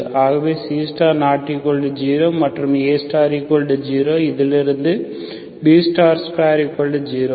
ஆகவே C≠0 மற்றும் A0 இதிலிருந்து B20